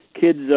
kids